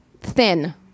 thin